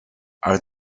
are